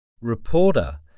Reporter